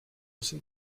sind